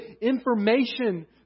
information